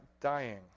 dying